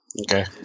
okay